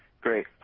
Great